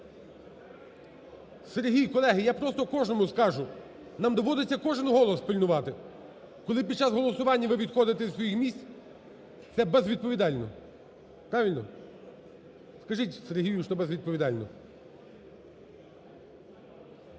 Сергій, колеги, я просто кожному скажу: нам доводиться кожний голос пильнувати, коли під час голосування ви відходите від своїх місць, це безвідповідально. Правильно? Скажіть Сергію, що це безвідповідально.